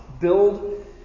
Build